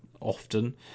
often